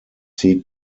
seek